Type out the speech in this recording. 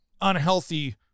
unhealthy